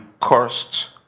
cost